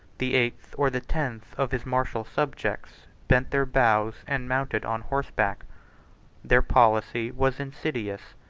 the eighth or the tenth of his martial subjects bent their bows and mounted on horseback their policy was insidious,